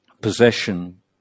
possession